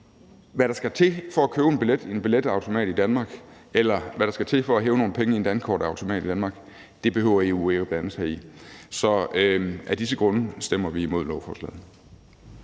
hvad der skal til for at købe en billet i en billetautomat i Danmark, eller hvad der skal til for at hæve nogle penge i en dankortterminal i Danmark, behøver EU ikke at blande sig i. Så af disse grunde stemmer vi imod lovforslaget